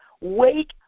wake